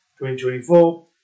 2024